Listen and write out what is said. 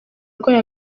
arwaye